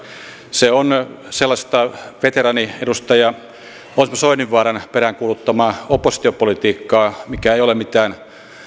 se on sellaista veteraaniedustaja osmo soininvaaran peräänkuuluttamaa oppositiopolitiikkaa mikä ei ole mitään